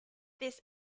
this